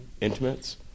intimates